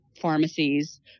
pharmacies